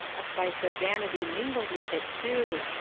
a spice of vanity mingled with it too.